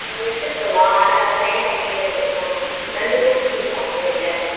ஆ எடுத்துகிட்டு போகலாம் ஆனால் சைன் பண்ணிட்டுதான் எடுத்துகிட்டு போகனும் ரெண்டு புக்குக்கும் மிச்சம் அலௌடு இல்லை